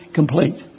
complete